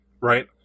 right